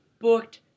booked